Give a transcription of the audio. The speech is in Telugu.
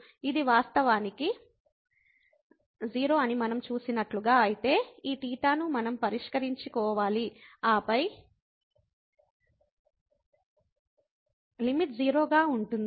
ఇది వాస్తవానికి 0 అని మనం చూసినట్లుగా అయితే ఈ θ ను మనం పరిష్కరించుకోవాలి ఆపై లిమిట్ 0 గా ఉంటుంది